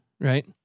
right